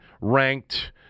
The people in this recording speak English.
ranked